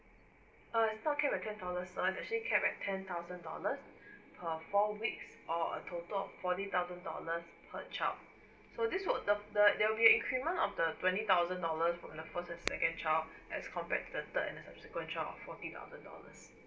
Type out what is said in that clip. err is not capped at ten dollars uh is actually capped at ten thousand dollars per four weeks or a total of forty thousand dollars per child so this will the the there will an increment of the twenty thousand dollars from the first and second child as compared to the third and the subsequent child of forty thousand dollars